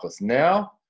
now